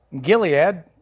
Gilead